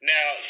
Now